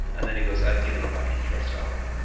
and then he goes, i've given up after the first hour.